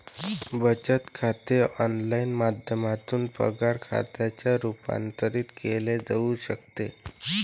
बचत खाते ऑनलाइन माध्यमातून पगार खात्यात रूपांतरित केले जाऊ शकते